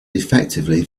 effectively